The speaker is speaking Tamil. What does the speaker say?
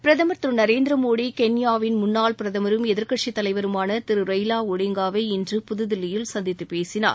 பிரதமர் திரு நரேந்திர மோடி கென்யாவின் முன்னாள் பிரதமரும் எதிர்கட்சித் தலைவருமான திரு ரெய்வா ஒடங்காவை இன்று புதுதில்லியில் சந்தித்து பேசினார்